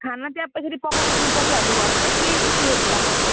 खाना त्यहाँ यसरी पकाउनु दिन्छ कि हामी घरबाटै केही उयोहरू लाने